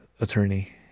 attorney